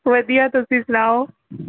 ਵਧੀਆ ਤੁਸੀਂ ਸੁਣਾਓ